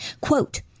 quote